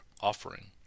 offering